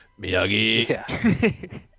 Miyagi